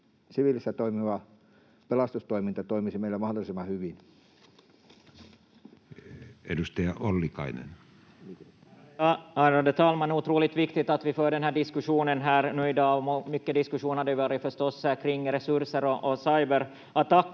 siviilissä toimiva pelastustoiminta toimisi meillä mahdollisimman hyvin. Edustaja Ollikainen. Ärade talman! Otroligt viktigt att vi för den här diskussionen här i dag, och mycket diskussion har det förstås varit kring resurser och cyberattacker,